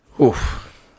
Oof